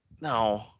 no